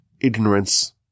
ignorance